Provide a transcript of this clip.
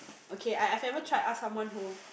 okay I I haven't tried ask someone whom